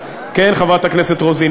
חברת הכנסת רוזין.